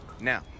Now